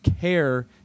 care